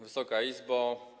Wysoka Izbo!